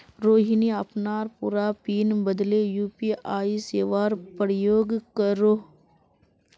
रोहिणी अपनार पूरा पिन बदले यू.पी.आई सेवार प्रयोग करोह